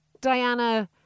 Diana